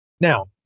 Now